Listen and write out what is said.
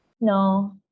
No